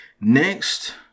next